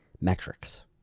metrics